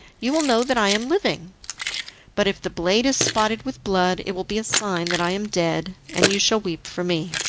you will know that i am living but if the blade is spotted with blood, it will be a sign that i am dead, and you shall weep for me.